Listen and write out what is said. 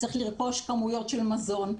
צריך לרכוש כמויות של מזון,